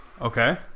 Okay